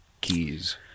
keys